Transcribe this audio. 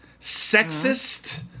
sexist